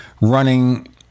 running